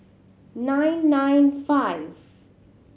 nine nine five